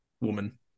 Woman